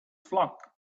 flock